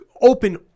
open